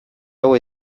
hau